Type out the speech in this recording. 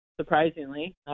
Surprisingly